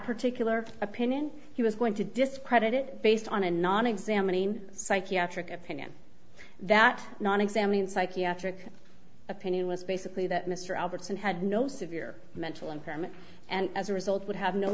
particular opinion he was going to discredit it based on a non examining psychiatric opinion that not examining psychiatric opinion was basically that mr albertson had no severe mental impairment and as a result would have no